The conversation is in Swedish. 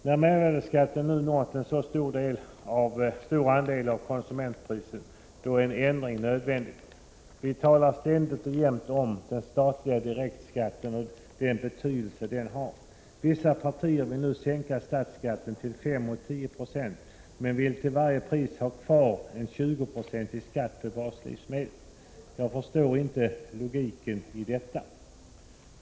När mervärdeskatten nu kommit att omfatta en så stor del av konsumentpriset, då är en ändring nödvändig. Vi talar ständigt och jämt om den statliga direktskatten och den betydelse denna har. Vissa partier vill sänka statsskatten till 5 eller 10 26 men vill till varje pris ha kvar en 20-procentig skatt på baslivsmedlen. Jag förstår inte logiken i detta.